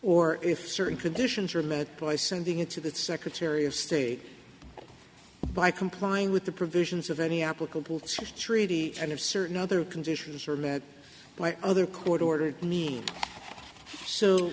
or if certain conditions are met by sending it to the secretary of state by complying with the provisions of any applicable treaty and if certain other conditions are met by other court ordered mean so